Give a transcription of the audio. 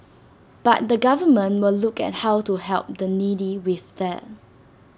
but the government will look at how to help the needy with that